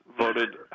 voted